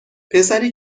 پسری